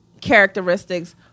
characteristics